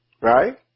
right